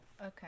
Okay